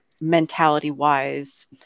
mentality-wise